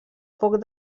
poc